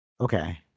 Okay